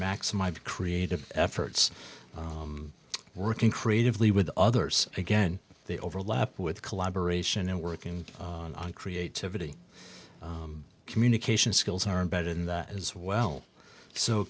max my creative efforts working creatively with others again they overlap with collaboration and working on creativity communication skills are embedded in that as well so